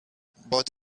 but